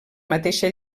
mateixa